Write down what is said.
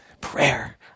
prayer